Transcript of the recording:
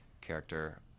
character